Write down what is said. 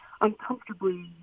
uncomfortably